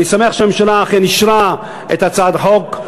ואני שמח שהממשלה אכן אישרה את הצעת החוק.